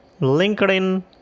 LinkedIn